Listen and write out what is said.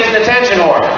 attention whore